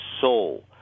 soul